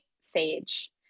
Sage